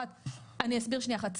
אני אסביר שנייה אחת.